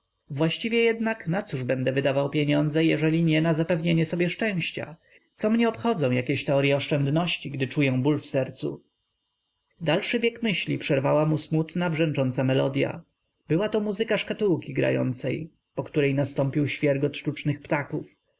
właściwie jednak nacóż będę wydawał pieniądze jeżeli nie na zapewnienie sobie szczęścia co mnie obchodzą jakieś teorye oszczędności gdy czuję ból w sercu dalszy bieg myśli przerwała mu smutna brzęcząca melodya byłato muzyka szkatułki grającej po której nastąpił świegot sztucznych ptaków